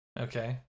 Okay